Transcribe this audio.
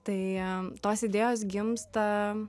tai tos idėjos gimsta